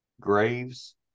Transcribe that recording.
graves